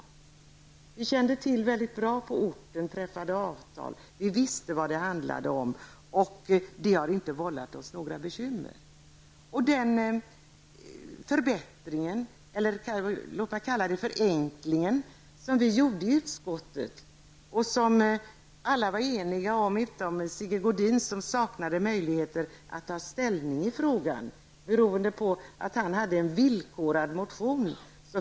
Man kände till detta mycket bra på orten, träffade avtal och visste vad det handlade om. Det har inte vållat dem några bekymmer. Den förenkling som vi gjorde i utskottet var alla eniga om utom Sigge Godin. Han saknade möjligheter att ta ställning i frågan beroende på att han hade en villkorad motion.